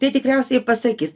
tai tikriausiai pasakys